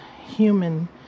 human